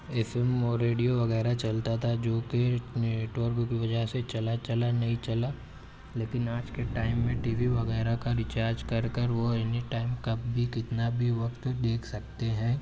F M اور radio وغیرہ چلتا تھا جو کہ ںیٹ ورک کی وجہ سے چلا چلا نہیں چلا لیکن آج کے ٹائم میں ٹی وی وغیرہ کا ریچارج کر کر وہ اینی ٹائم کب بھی کتنا بھی وقت دیکھ سکتے ہیں